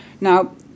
Now